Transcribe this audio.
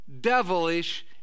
devilish